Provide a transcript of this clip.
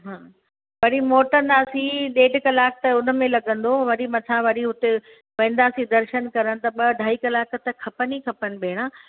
हा वरी मोटिंदासीं ॾेढ कलाक त उन में लॻंदो वरी मथां वरी उते वेंदासीं दर्शन करण त ॿ अढाई कलाक त खपनि ई खपनि भेण